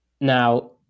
now